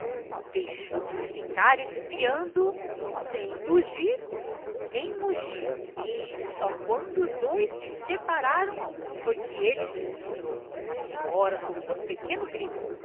deixou-se ficar espiando sem tugir nem mugir e só quando os dois se separaram foi que ele se mostrou a senhora soltou um pequeno grito